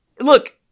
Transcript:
look